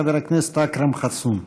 חבר הכנסת אכרם חסון.